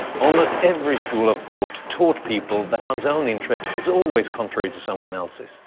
almost every school of thought taught people that one's own interest is always contrary to someone else's